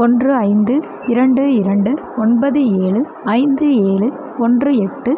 ஒன்று இந்து இரண்டு இரண்டு ஒன்பது ஏழு ஐந்து ஏழு ஒன்று எட்டு